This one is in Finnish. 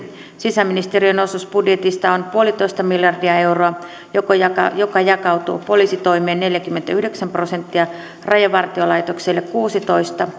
sisäministeriön osuus budjetista on yksi pilkku viisi miljardia euroa mikä jakautuu poliisitoimeen tulee neljäkymmentäyhdeksän prosenttia rajavartiolaitokselle kuusitoista